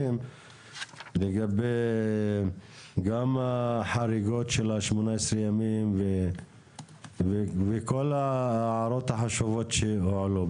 לגבי גם החריגות של ה-18 ימים וכל ההערות החשובות שהועלו.